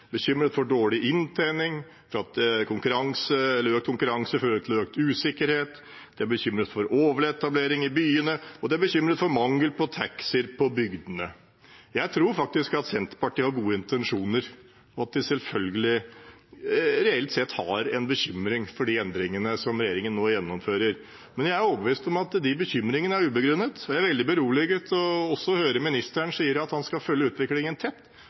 bekymret for dårlig inntjening og bekymret for at økt konkurranse fører til større usikkerhet. De er bekymret for overetablering i byene, og de er bekymret for mangel på taxier på bygdene. Jeg tror faktisk at Senterpartiet har gode intensjoner, og at de selvfølgelig reelt sett har en bekymring for de endringene som regjeringen nå gjennomfører. Men jeg er overbevist om at de bekymringene er ubegrunnet, og jeg er veldig beroliget av å høre statsråden si at han skal følge utviklingen tett